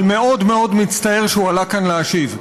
אבל מאוד מאוד מצטער שהוא עלה לכאן להשיב.